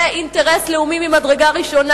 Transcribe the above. זה אינטרס לאומי ממדרגה ראשונה.